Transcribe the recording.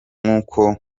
nk’uko